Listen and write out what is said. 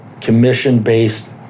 commission-based